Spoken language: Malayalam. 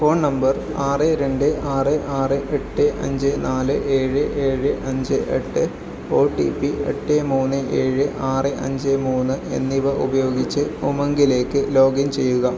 ഫോൺ നമ്പർ ആറ് രണ്ട് ആറ് ആറ് എട്ട് അഞ്ച് നാല് ഏഴ് ഏഴ് അഞ്ച് എട്ട് ഒ ടി പി എട്ട് മൂന്ന് ഏഴ് ആറ് അഞ്ച് മൂന്ന് എന്നിവ ഉപയോഗിച്ച് ഉമംഗിലേക്ക് ലോഗിൻ ചെയ്യുക